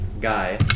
guy